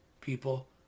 people